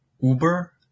Uber